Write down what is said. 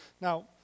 Now